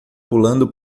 pulando